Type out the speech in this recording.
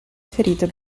ferito